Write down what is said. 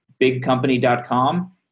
bigcompany.com